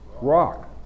rock